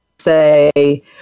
say